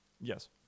Yes